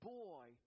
boy